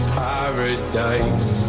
paradise